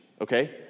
okay